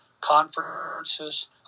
conferences